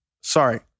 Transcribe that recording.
Sorry